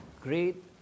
great